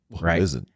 right